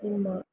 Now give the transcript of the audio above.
ನಿಮ್ಮ